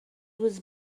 was